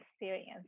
experience